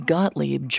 Gottlieb